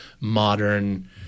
modern